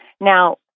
Now